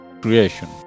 creation